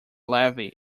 levy